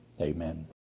Amen